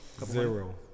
Zero